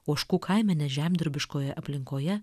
ožkų kaimenė žemdirbiškoje aplinkoje